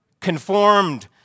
conformed